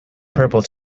purple